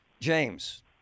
James